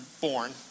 born